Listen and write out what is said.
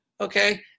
okay